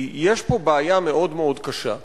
כי יש פה בעיה מאוד מאוד קשה.